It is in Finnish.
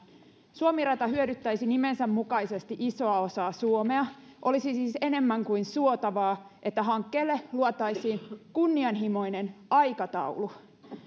suomi rata hyödyttäisi nimensä mukaisesti isoa osaa suomesta olisi siis enemmän kuin suotavaa että hankkeelle luotaisiin kunnianhimoinen aikataulu